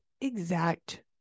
exact